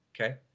Okay